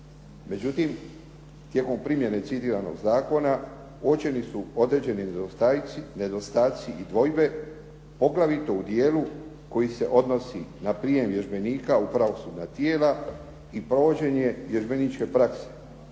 Međutim, tijekom primjene citiranog zakona uočeni su određeni nedostaci i dvojbe poglavito u dijelu koji se odnosi na prijem vježbenika u pravosudna tijela i provođenje vježbeničke prakse